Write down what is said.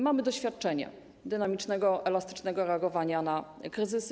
Mamy doświadczenie dynamicznego, elastycznego reagowania na kryzysy.